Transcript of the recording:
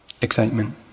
excitement